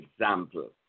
example